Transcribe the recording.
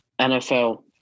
NFL